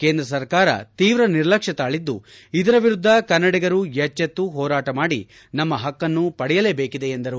ಕೇಂದ್ರ ಸರ್ಕಾರ ತೀವ್ರ ನಿರ್ಲಕ್ಷ್ಮತಾಳದ್ದು ಇದರ ವಿರುದ್ದ ಕನ್ನಡಿಗರು ಎಚ್ಚೆತ್ತು ಹೋರಾಟ ಮಾಡಿ ನಮ್ಮ ಹಕ್ಕನ್ನು ಪಡೆಯಲೇ ಬೇಕಿದೆ ಎಂದರು